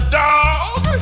dog